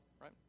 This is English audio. right